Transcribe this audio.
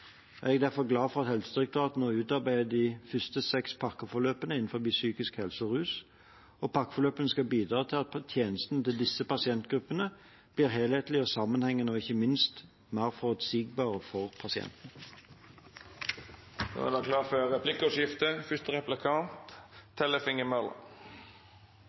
Jeg er derfor glad for at Helsedirektoratet nå har utarbeidet de første seks pakkeforløpene innen psykisk helse og rus. Pakkeforløpene skal bidra til at tjenestene til disse pasientgruppene blir helhetlige og sammenhengende og ikke minst mer forutsigbare for